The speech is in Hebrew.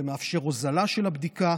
זה מאפשר הוזלה של הבדיקה